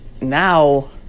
now